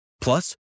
Plus